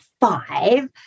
five